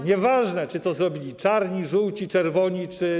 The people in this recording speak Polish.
Nieważne, czy to zrobili czarni, żółci, czerwoni, czy biali.